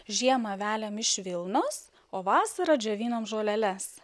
žiemą veliam iš vilnos o vasarą džiovinam žoleles